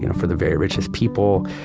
you know for the very richest people.